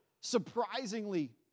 surprisingly